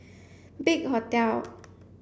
big Hotel